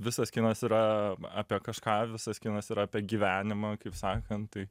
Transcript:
visas kinas yra apie kažką visas kinas yra apie gyvenimą kaip sakant tai